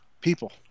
people